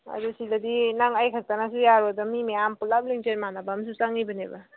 ꯑꯗꯨ ꯁꯤꯗꯗꯤ ꯅꯪ ꯑꯩ ꯈꯛꯇꯅꯁꯨ ꯌꯥꯔꯣꯏꯌꯦꯕ ꯃꯤ ꯃꯌꯥꯝ ꯄꯨꯂꯞ ꯂꯤꯡꯖꯦꯜ ꯃꯥꯟꯅꯕ ꯑꯃꯁꯨ ꯆꯪꯏꯕꯅꯦꯕ